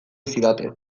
zidaten